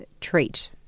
treat